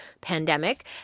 pandemic